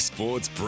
Sports